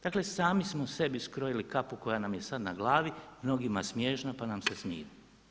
Dakle sami smo sebi skrojili kapu koja nam je sada na glavi, mnogima smiješna pa nam se smiju.